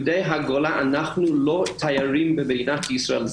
יהודי הגולה לא תיירים במדינת ישראל.